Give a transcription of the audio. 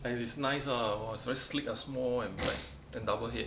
and it's nice lah !wah! it's very slick ah small and light and double head